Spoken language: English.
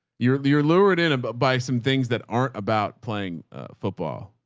you're you're lowered in and but by some things that aren't about playing football,